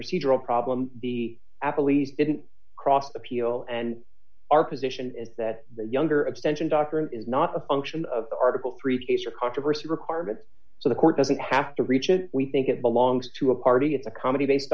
procedural problem the apple e's didn't cross appeal and our position is that the younger abstention doctor is not a function of article three case or controversy requirements so the court doesn't have to reach it we think it belongs to a party at the comedy based